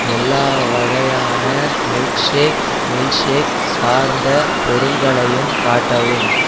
எல்லா வகையான milkshake milkshake சார்ந்த பொருள்களையும் காட்டவும்